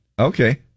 Okay